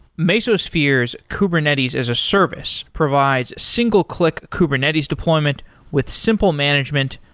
mesosphere's kubernetes as a service provides single click kubernetes deployment with simple management,